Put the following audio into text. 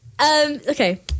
Okay